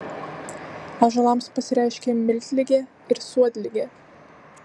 ąžuolams pasireiškia miltligė ir suodligė